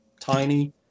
tiny